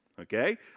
Okay